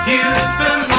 Houston